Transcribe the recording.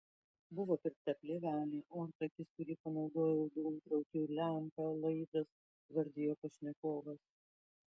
buvo pirkta plėvelė ortakis kurį panaudojau dūmtraukiui lempa laidas vardijo pašnekovas